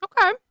Okay